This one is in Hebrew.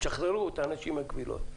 תשחררו את האנשים מהכבילות.